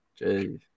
Jeez